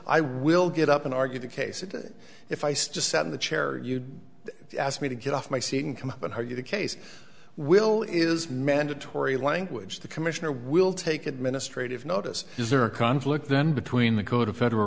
i will get up and argue the case that if i still sat in the chair you asked me to get off my seat and come up and argue the case will is mandatory language the commissioner will take administrative notice is there a conflict then between the code of federal